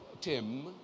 Tim